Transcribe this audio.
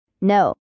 No